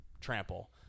trample